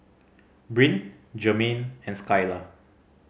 Bryn Germaine and Skylar